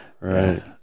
Right